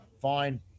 fine